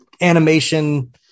animation